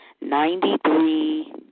ninety-three